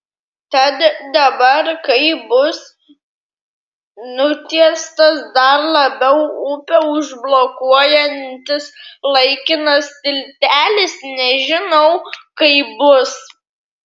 tad dabar kai bus nutiestas dar labiau upę užblokuojantis laikinas tiltelis nežinau kaip bus